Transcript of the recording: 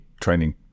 training